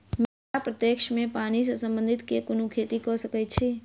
मिथिला प्रक्षेत्र मे पानि सऽ संबंधित केँ कुन खेती कऽ सकै छी?